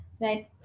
Right